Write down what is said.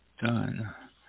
done